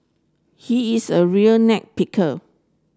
he is a real net picker